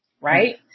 Right